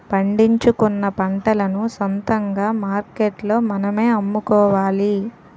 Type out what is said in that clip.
పండించుకున్న పంటలను సొంతంగా మార్కెట్లో మనమే అమ్ముకోవాలి